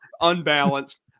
unbalanced